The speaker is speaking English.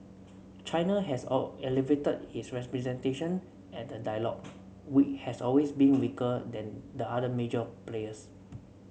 China has all elevated its representation at the dialogue we has always been weaker than the other major players